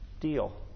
deal